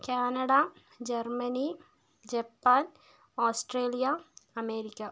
Canada Germany Japan Australia America